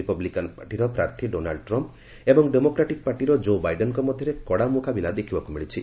Republican ପାର୍ଟିର ପ୍ରାର୍ଥୀ Donald Trump ଏବଂ ଡେମୋକ୍ରାଟିକ୍ ପାର୍ଟିର ଜୋ ବାଇଡେନ୍ଙ୍କ ମଧ୍ୟରେ କଡ଼ା ମୁକାବିଲା ଦେଖିବାକୁ ମିଳିଛି